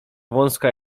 wąska